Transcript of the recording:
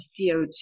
CO2